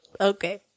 Okay